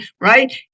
right